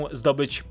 zdobyć